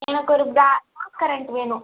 எனக்கு ஒரு ப்ரா ப்ளாக் கரண்ட் வேணும்